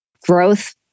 growth